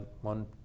one